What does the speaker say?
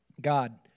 God